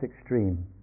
extreme